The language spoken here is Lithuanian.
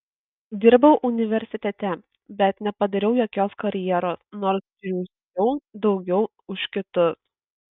dirbau universitete bet nepadariau jokios karjeros nors triūsiau daugiau už kitus